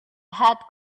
had